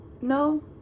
no